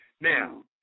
Now